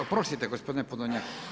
Oprostite gospodin Podolnjak.